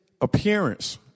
appearance